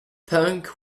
punk